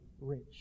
rich